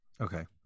okay